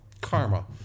karma